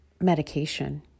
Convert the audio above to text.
medication